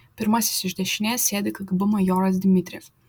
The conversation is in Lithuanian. pirmasis iš dešinės sėdi kgb majoras dmitrijev